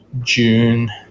June